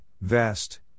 vest